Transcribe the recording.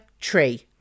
tree